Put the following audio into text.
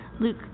Luke